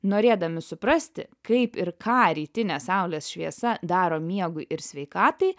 norėdami suprasti kaip ir ką rytinė saulės šviesa daro miegui ir sveikatai